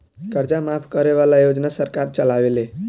कर्जा माफ करे वाला योजना सरकार चलावेले